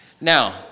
Now